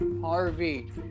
Harvey